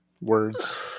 words